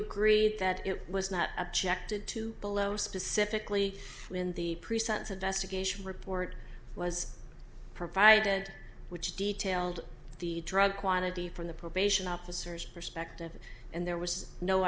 agree that it was not objected to below specifically when the pre sentence investigation report was provided which detailed the drug quantity from the probation officers perspective and there was no